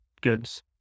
goods